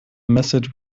message